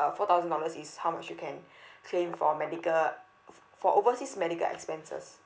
uh four thousand dollars is how much you can claim for medical for overseas medical expenses